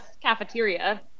cafeteria